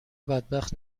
بدبخت